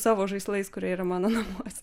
savo žaislais kurie yra mano namuose